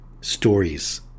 Stories